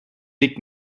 big